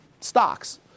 stocks